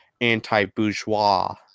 anti-bourgeois